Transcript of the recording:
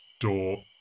door